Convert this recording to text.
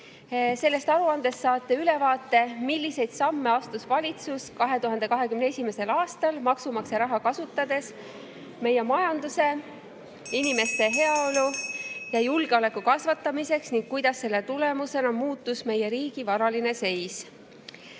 Sellest aruandest saate ülevaate, milliseid samme astus valitsus 2021. aastal maksumaksja raha kasutades meie majanduse, inimeste heaolu (Juhataja helistab kella.) ja julgeoleku kasvatamiseks ning kuidas selle tulemusena muutus meie riigi varaline seis.